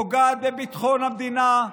פוגעת בביטחון המדינה,